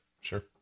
sure